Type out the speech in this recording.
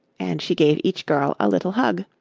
and she gave each girl a little hug.